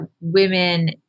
women